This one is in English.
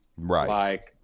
Right